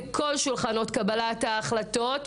בכל שולחנות קבלת ההחלטות,